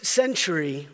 century